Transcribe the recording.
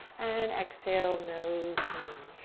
and exhale, nose to knee.